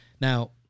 now